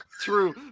True